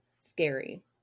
scary